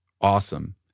awesome